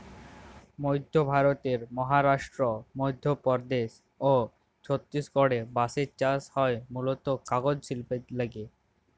মইধ্য ভারতের মহারাস্ট্র, মইধ্যপদেস অ ছত্তিসগঢ়ে বাঁসের চাস হয় মুলত কাগজ সিল্পের লাগ্যে